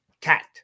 cat